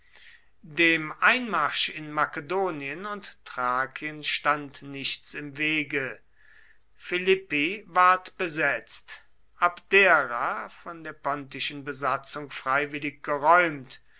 dem einmarsch in makedonien und thrakien stand nichts im wege philippi ward besetzt abdera von der pontischen besatzung freiwillig geräumt